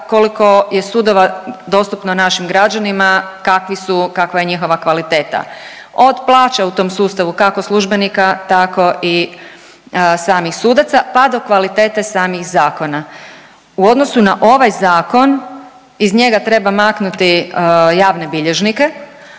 koliko je sudova dostupno našim građanima, kakvi su, kakva je njihova kvaliteta od plaća u tom sustavu kako službenika, tako i samih sudaca, pa do kvalitete samih zakona. U odnosu na ovaj zakon iz njega treba maknuti javne bilježnike,